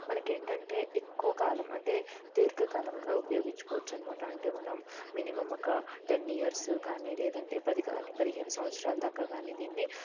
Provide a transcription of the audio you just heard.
మనకి ఏంటంటే ఎక్కువ కాలం అంటే దీర్ఘకాలంగా ఉపయోగించుకోవచ్చు అన్నమాట అంటే మనం మినిమమ్ ఒక టెన్ ఇయర్స్ కానీ లేదంటే పది కానీ పదిహేను సంవత్సరాల దాకా కానీ దీన్ని